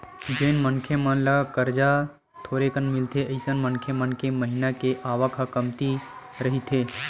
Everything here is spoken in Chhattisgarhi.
जेन मनखे मन ल करजा थोरेकन मिलथे अइसन मनखे मन के महिना के आवक ह कमती रहिथे